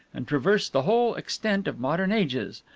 and traverse the whole extent of modern ages.